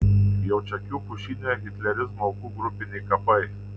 jaučakių pušyne hitlerizmo aukų grupiniai kapai